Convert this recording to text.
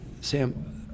Sam